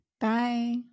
Bye